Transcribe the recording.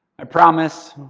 i promise,